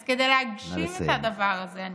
אז כדי להגשים את הדבר הזה, נא לסיים.